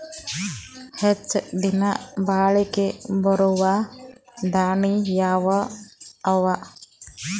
ಹೆಚ್ಚ ದಿನಾ ಬಾಳಿಕೆ ಬರಾವ ದಾಣಿಯಾವ ಅವಾ?